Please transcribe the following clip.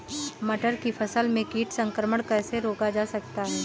मटर की फसल में कीट संक्रमण कैसे रोका जा सकता है?